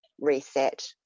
reset